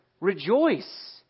rejoice